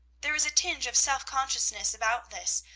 there is a tinge of self-consciousness about this,